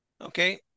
okay